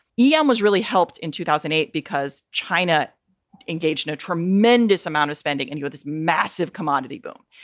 eum was really helped in two thousand and eight because china engaged in a tremendous amount of spending and you had this massive commodity boom.